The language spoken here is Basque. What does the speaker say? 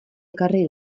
ekarri